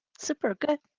super good.